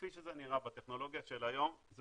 כפי שזה נראה בטכנולוגיה של היום זה